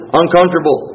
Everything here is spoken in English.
uncomfortable